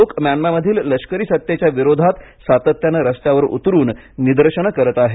लोक म्यानमामधील लष्करी सत्तेच्या विरोधात सातत्याने रस्त्यावर उतरून निदर्शनं करत आहेत